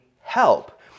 help